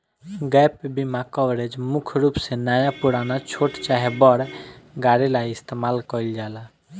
gap बीमा coverage मुख्य रूप से नया पुरान, छोट चाहे बड़ गाड़ी ला इस्तमाल कईल जाला